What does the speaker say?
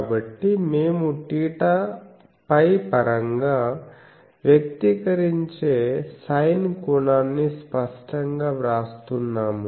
కాబట్టి మేము θ φ పరంగా వ్యక్తీకరించే సైన్ కోణాన్ని స్పష్టంగా వ్రాస్తున్నాము